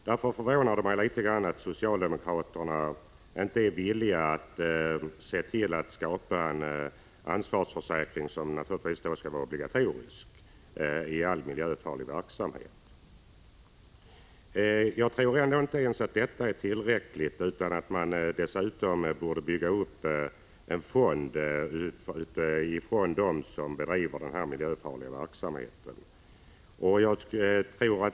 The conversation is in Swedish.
Därför förvånar det mig litet att socialdemokraterna inte är villiga att se till att det skapas en ansvarsförsäkring, som naturligtvis bör vara obligatorisk i all miljöfarlig verksamhet. Jag tror dock att inte ens en sådan försäkring är tillräcklig utan att man dessutom bör bygga upp en fond med medel från dem som bedriver denna miljöfarliga verksamhet.